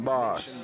Boss